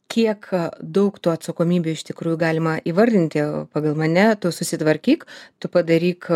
kiek daug tų atsakomybių iš tikrųjų galima įvardinti pagal mane tu susitvarkyk tu padaryk